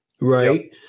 right